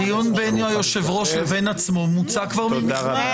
הדיון בין היושב-ראש לבין עצמו מוצה כבר מזמן.